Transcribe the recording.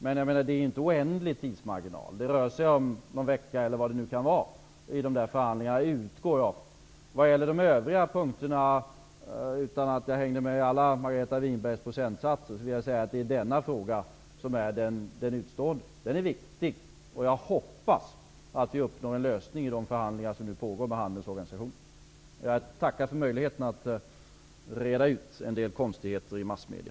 Tidsmarginalen är dock inte oändlig. Det rör sig om någon vecka eller så i förhandlingarna, utgår jag ifrån. När det gäller de övriga punkterna, utan att jag hängde med i alla Margareta Winbergs procentsatser, vill jag säga att denna fråga är den mest ''utstående''. Den är viktig, och jag hoppas att vi skall uppnå en lösning i de förhandlingar som nu pågår med handelns organisation. Jag tackar för möjligheten att reda ut en del konstigheter i massmedia.